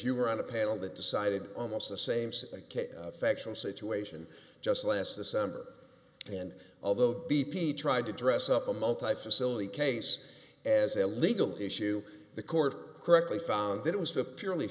you were on a panel that decided almost the same set like a factual situation just last december and although b p tried to dress up a multifamily case as a legal issue the court correctly found that it was a purely